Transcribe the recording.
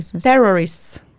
Terrorists